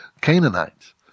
Canaanites